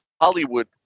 Hollywood